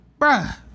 bruh